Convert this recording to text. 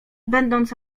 będąc